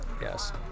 Yes